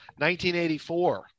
1984